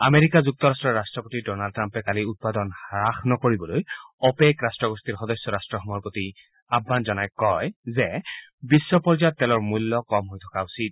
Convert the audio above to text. America যুক্তৰাট্টৰ ৰাট্টপতি Donald ট্ৰাম্পে কালি উৎপাদন হ্ৰাস নকৰিবলৈ অ'পেক ৰাট্টগোষ্ঠীৰ সদস্য ৰাট্টসমূহৰ প্ৰতি আহ্বান জনাই কয় যে বিশ্ব পৰ্যায়ত তেলৰ মূল্য কম হৈ থকা থকা উচিত